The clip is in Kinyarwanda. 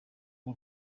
w’u